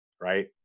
right